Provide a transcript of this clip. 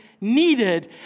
needed